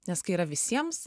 nes kai yra visiems